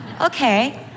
okay